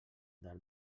del